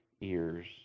ears